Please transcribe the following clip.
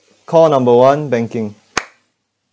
call number one banking